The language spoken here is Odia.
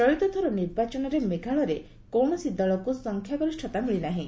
ଚଳିତଥର ନିର୍ବାଚନରେ ମେଘାଳୟରେ କୌଣସି ଦଳକୁ ସଂଖ୍ୟାଗରିଷ୍ଠତା ମିଳିନାହିଁ